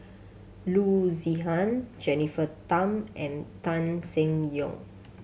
Loo Zihan Jennifer Tham and Tan Seng Yong